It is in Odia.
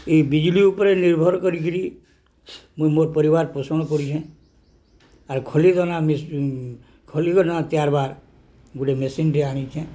ଏଇ ବିଜୁଳି ଉପରେ ନିର୍ଭର କରିକିରି ମୁଇଁ ମୋର୍ ପରିବାର ପୋଷଣ କରିଛେଁ ଆର୍ ଖୋଲିକିନା ଖୋଲିକିନା ତିଆର୍ବାର୍ ଗୋଟେ ମେସିନ୍ଟେ ଆଣିଛେଁ